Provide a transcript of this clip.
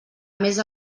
més